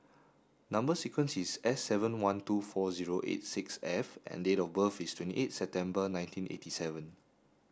number sequence is S seven one two four zero eight six F and date of birth is twenty eight September nineteen eighty seven